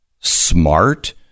smart